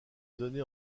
donné